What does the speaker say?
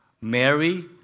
Mary